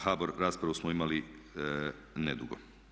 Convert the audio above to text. HBOR raspravu smo imali nedugo.